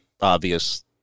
obvious